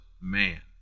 man